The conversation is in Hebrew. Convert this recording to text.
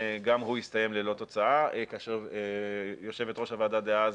גם הוא הסתיים ללא תוצאה כאשר יושבת ראש הוועדה דאז,